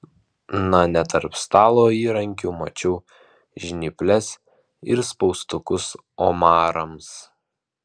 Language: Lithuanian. na ne tarp stalo įrankių mačiau žnyples ir spaustukus omarams